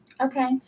Okay